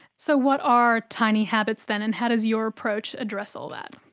so what are tiny habits then and how does your approach address all that?